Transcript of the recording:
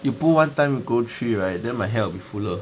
you pull one time the 搞去 then my hair will be fuller